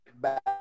back